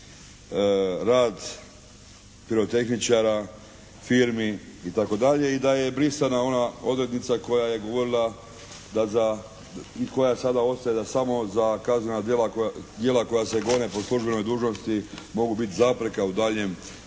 rad pirotehničara, firmi itd. i da je brisana ona odrednica koja je govorila, koja sada ostaje da samo za kaznena djela koja se gone po službenoj dužnosti mogu biti zapreka u daljnjem